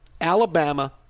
Alabama